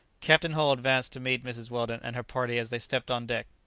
captain hull advanced to meet mrs. weldon and her party as they stepped on deck.